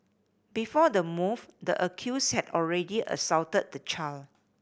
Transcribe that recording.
before the move the accused had already assaulted the child